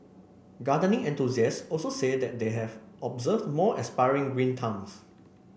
gardening enthusiasts also say that they have observed more aspiring green thumbs